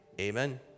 Amen